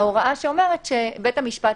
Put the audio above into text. ההוראה שאומרת שלבית המשפט,